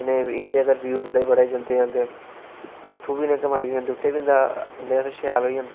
जियां इंदे ब्यू बडे़ बडे़ जंदे उत्थू बी इंहे कमाई शैल होई जंदी